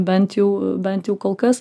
bent jau bent jau kol kas